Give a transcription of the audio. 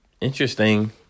interesting